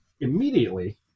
Immediately